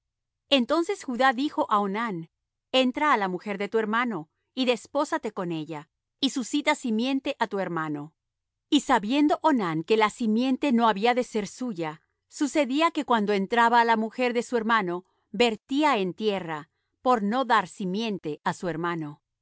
entonces judá dijo á onán entra á la mujer de tu hermano y despósate con ella y suscita simiente á tu hermano y sabiendo onán que la simiente no había de ser suya sucedía que cuando entraba á la mujer de su hermano vertía en tierra por no dar simiente á su hermano